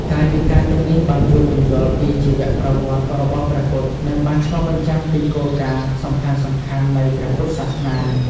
កាយវិការទាំងនេះបានជួយពន្យល់ពីជីវប្រវត្តិរបស់ព្រះពុទ្ធ និងបានឆ្លុះបញ្ចាំងពីគោលការណ៍សំខាន់ៗនៃព្រះពុទ្ធសាសនា។